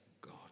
God